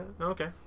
Okay